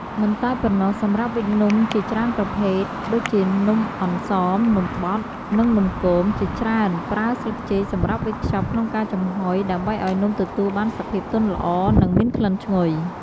មិនតែប៉ុណ្ណោះ សម្រាប់វេចនំជាច្រើនប្រភេទ ដូចជា នំអន្សម នំបត់ និងនំគម គេច្រើនប្រើស្លឹកចេកសម្រាប់វេចខ្ចប់ក្នុងការចំហុយ ដើម្បីឱ្យនំទទួលបានសភាពទន់ល្អ និងមានក្លិនឈ្ងុយ។